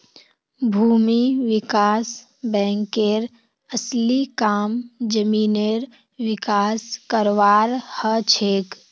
भूमि विकास बैंकेर असली काम जमीनेर विकास करवार हछेक